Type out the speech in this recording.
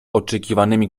oczekiwanymi